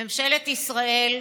ממשלת ישראל,